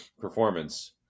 performance